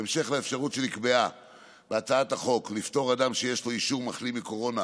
בהמשך לאפשרות שנקבעה בהצעת החוק לפטור אדם שיש לו אישור מחלים מקורונה